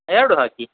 ಎರಡು ಹಾಕಿ